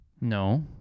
No